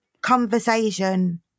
conversation